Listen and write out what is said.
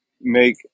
make